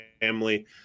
family